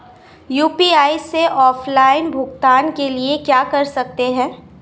UPI से offline भुगतान के लिए क्या कर सकते हैं?